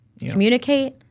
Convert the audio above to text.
Communicate